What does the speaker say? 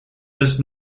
does